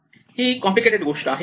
हे कॉम्प्लिकेटेड गोष्ट आहे